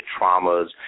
traumas